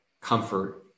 comfort